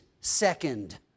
second